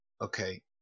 Okay